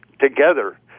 together